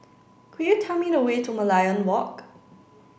could you tell me the way to Merlion Walk